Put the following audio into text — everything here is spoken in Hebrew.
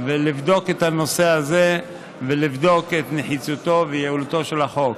ולבדוק את הנושא הזה ולבדוק את נחיצותו ויעילותו של החוק.